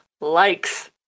likes